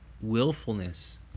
willfulness